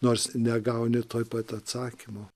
nors negauni tuoj pat atsakymo